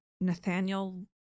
Nathaniel